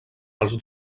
els